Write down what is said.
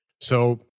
So-